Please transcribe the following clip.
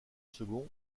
second